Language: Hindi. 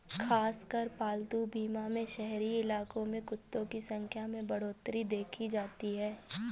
खासकर पालतू बीमा में शहरी इलाकों में कुत्तों की संख्या में बढ़ोत्तरी देखी जाती है